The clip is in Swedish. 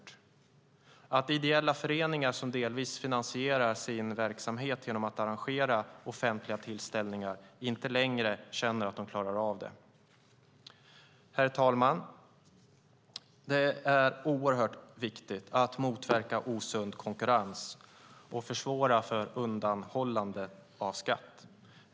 Det finns också en risk att ideella föreningar som delvis finansierar sin verksamhet genom att arrangera offentliga tillställningar inte längre känner att de klarar av det. Herr talman! Det är oerhört viktigt att motverka osund konkurrens och försvåra undanhållande av skatt.